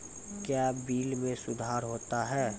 क्या बिल मे सुधार होता हैं?